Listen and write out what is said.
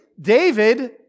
David